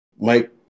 Mike